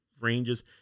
ranges